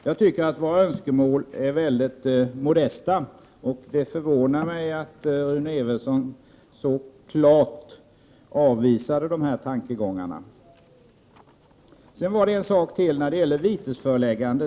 Jag tycker att våra önskemål är modesta, och det förvånar mig att Rune Evensson så klart avvisade de här tankegångarna. Det var en sak till. Det gällde vitesföreläggande.